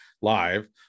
live